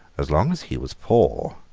as long as he was poor,